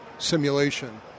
Simulation